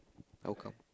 how come